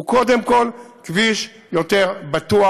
הוא קודם כול כביש יותר בטוח,